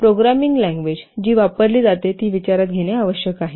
programming language जी वापरली जाते ती विचारात घेणे आवश्यक आहे